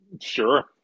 Sure